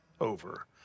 over